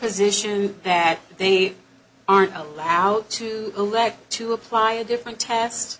position that they are allowed to elect to apply a different tats